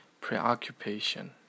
preoccupation